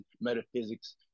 metaphysics